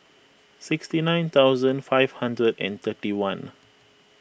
sixty nine thousand five hundred and thirty one